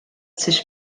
sich